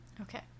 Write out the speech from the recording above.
Okay